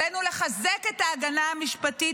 עלינו לחזק את ההגנה המשפטית,